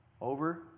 over